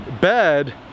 bed